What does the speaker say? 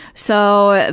so,